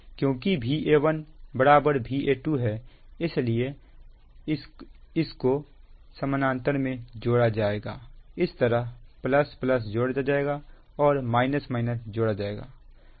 क्योंकि Va1 Va2 है इसलिए इसलिए इनको समानांतर में जोड़ा जाएगा इस तरह जोड़ा गया है और जोड़ा गया है